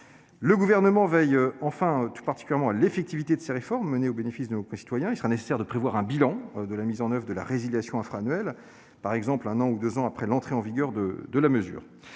Le Gouvernement veille enfin, tout particulièrement, à l'effectivité de ces réformes menées au bénéfice de nos concitoyens. Il sera nécessaire de prévoir un bilan de la mise en oeuvre de la résiliation infra-annuelle, par exemple un an ou deux ans après l'entrée en vigueur de la mesure.